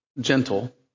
gentle